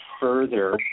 further